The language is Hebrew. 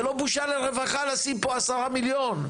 זה לא בושה לרווחה לשים פה 10 מיליון.